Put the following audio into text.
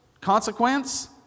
consequence